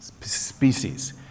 species